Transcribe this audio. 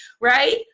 right